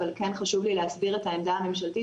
אבל כן חשוב לי להסביר את העמדה הממשלתית